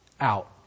out